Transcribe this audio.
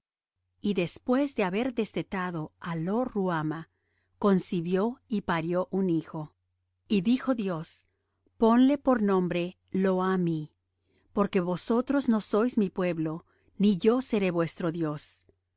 y después de haber destetado á lo ruhama concibió y parió un hijo y dijo dios ponle por nombre lo ammi porque vosotros no sois mi pueblo ni yo seré vuestro dios